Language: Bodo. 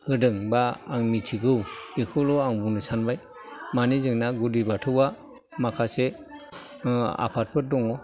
होदों बा आं मिथिगौ बेखौल' आं बुंनो सानबाय माने जोंना गुदि बाथौआ माखासे आफादफोर दङ